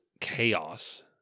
chaos